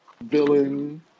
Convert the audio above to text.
villain